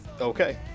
Okay